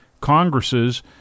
Congresses